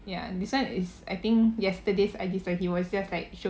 ya this [one] is I think yesterday's I_G story he was just like showing